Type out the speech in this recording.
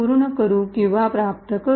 पूर्ण करू किंवा प्राप्त करू